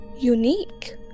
unique